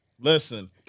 Listen